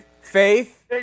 faith